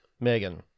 Megan